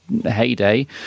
heyday